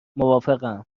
موافقم